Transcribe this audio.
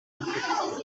байх